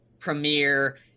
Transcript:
Premiere